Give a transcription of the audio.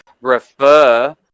refer